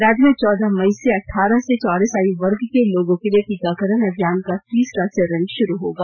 राज्य में चौदह मई से अठारह से चौवालीस आयु वर्ग के लोगों के लिए टीकाकरण अभियान का तीसरा चरण शुरू होगा